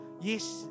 Yes